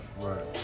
Right